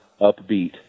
upbeat